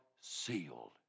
sealed